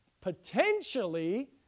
potentially